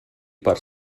per